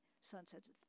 Sunset's